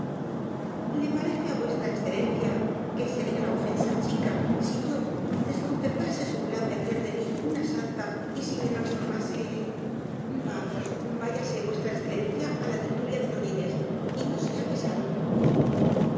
le parece á v e que sería la ofensa chica si yo desconcertase su plan de hacer de mí una santa y si me transformase vamos váyase v e á la tertulia de doña inés y no sea pesado